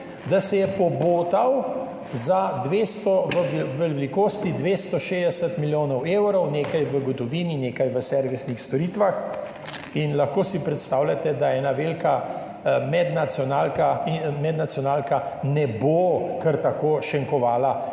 da se je pobotal v velikosti 260 milijonov evrov - nekaj v gotovini, nekaj v servisnih storitvah. Lahko si predstavljate, da je ena velika mednacionalka **40. TRAK: (SB)